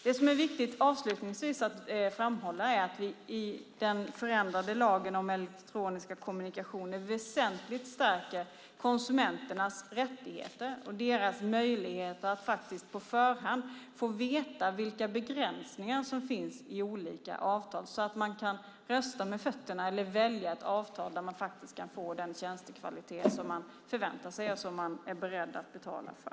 Det som avslutningsvis är viktigt att framhålla är att vi i den förändrade lagen om elektroniska kommunikationer väsentligt stärker konsumenternas rättigheter och deras möjligheter att faktiskt på förhand få veta vilka begränsningar som finns i olika avtal så att man kan rösta med fötterna eller välja ett avtal där man faktiskt kan få den tjänstekvalitet som man förväntar sig och som man är beredd att betala för.